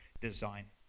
design